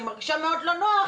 אני מרגישה מאוד לא נוח,